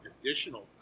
additional